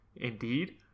Indeed